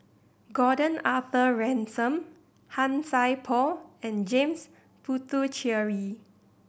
Gordon Arthur Ransome Han Sai Por and James Puthucheary